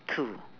to